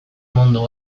mundu